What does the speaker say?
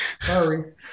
sorry